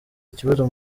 ikibazo